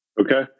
Okay